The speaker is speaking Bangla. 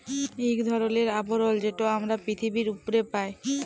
ইক ধরলের আবরল যেট আমরা পিথিবীর উপ্রে পাই